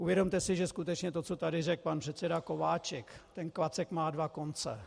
Uvědomte si, že skutečně to, co tady řekl pan předseda Kováčik ten klacek má dva konce.